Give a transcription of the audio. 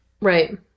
Right